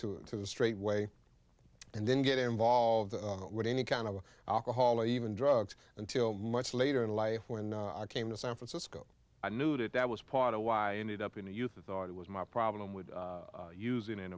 to the straight way and then get involved with any kind of alcohol or even drugs until much later in life when i came to san francisco i knew that that was part of why ended up in the youth of thought it was my problem with using